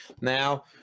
now